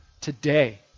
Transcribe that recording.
today